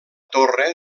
torre